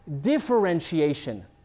differentiation